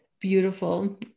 Beautiful